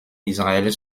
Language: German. israel